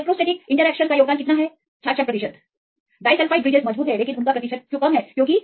इस मामले में आप लगभग 66 प्रतिशत देख सकते हैं डाइसल्फ़ाइड ब्रीजेस मजबूत हैं लेकिन प्रतिशत कम क्यों है